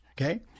okay